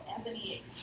Ebony